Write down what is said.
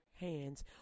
hands